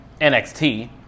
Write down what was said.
nxt